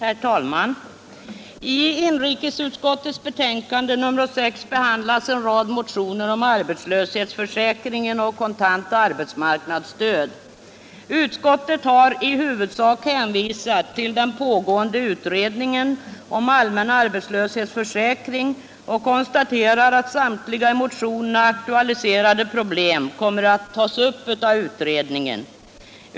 Herr talman! I inrikesutskottets förevarande betänkande nr 6 behandlas en rad motioner om arbetslöshetsförsäkringen och kontant arbetsmarknadsstöd. Utskottet har i huvudsak hänvisat till den pågående utred ningen om allmän arbetslöshetsförsäkring och konstaterar att samtliga i motionerna aktualiserade problem kommer att behandlas av utredningen.